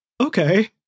okay